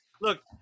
Look